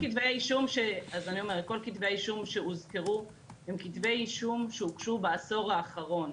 כל כתבי האישום שהוזכרו הם כתבי אישום שהוגשו בעשור האחרון.